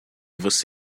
você